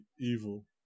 evil